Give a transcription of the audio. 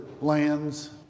lands